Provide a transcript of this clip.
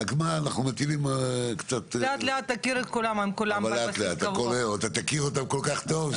אבל אתה תכיר אותם כל כך טוב,